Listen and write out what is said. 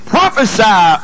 Prophesy